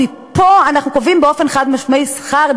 לא, אני אוהבת להזכיר את מי שעושה טוב.